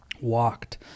walked